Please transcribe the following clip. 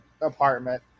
apartment